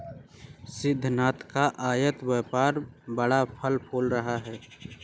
सिद्धिनाथ का आयत व्यापार बड़ा फल फूल रहा है